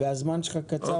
הזמן שלך קצר.